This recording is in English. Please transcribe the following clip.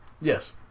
Yes